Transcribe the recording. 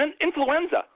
influenza